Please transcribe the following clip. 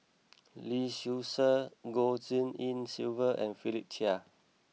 Lee Seow Ser Goh Tshin En Sylvia and Philip Chia